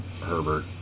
Herbert